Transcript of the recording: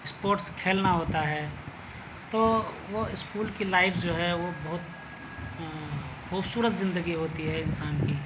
sports کھیلنا ہوتا ہے تو وہ اسکول کی لائف جو ہے وہ بہت خوبصورت زندگی ہوتی ہے انسان کی